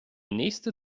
nächste